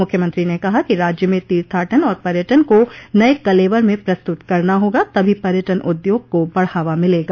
मुख्यमंत्री ने कहा कि राज्य में तीर्थाटन और पर्यटन को नये कलेवर में प्रस्तुत करना होगा तभी पर्यटन उद्योग को बढ़ावा मिलेगा